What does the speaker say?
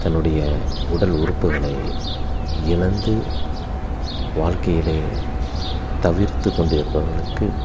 தன்னுடைய உடல் உறுப்புகளை இழந்து வாழ்க்கையிலே தவிர்த்து கொண்டிருப்பவர்களுக்கு